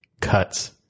cuts